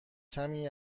کمی